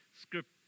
script